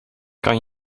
kan